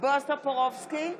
בועז טופורובסקי,